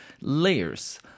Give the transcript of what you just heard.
Layers